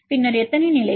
பின்னர் எத்தனை நிலைகள்